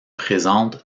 présente